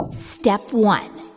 step one,